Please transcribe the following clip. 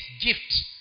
gift